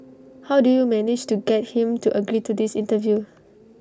how did you manage to get him to agree to this interview